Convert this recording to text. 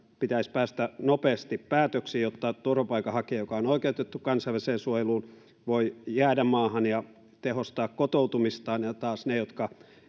pitäisi päästä nopeasti päätöksiin jotta turvapaikanhakija joka on oikeutettu kansainväliseen suojeluun voi jäädä maahan ja tehostaa kotoutumistaan ja jotta taas ne jotka